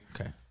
Okay